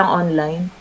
online